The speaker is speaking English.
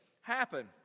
happen